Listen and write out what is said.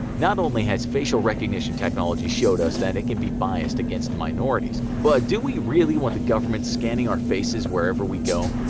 not only has facial recognition technology showed us that it can be biased against minorities, but do we really want the government scanning our faces wherever we go?